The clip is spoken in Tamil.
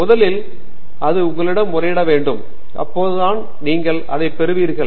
முதலில் அது உங்களிடம் முறையிட வேண்டும் அப்போதுதான் நீங்கள் அதைப் பெறுவீர்கள்